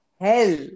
hell